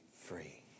free